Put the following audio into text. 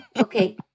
Okay